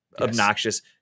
obnoxious